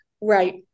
right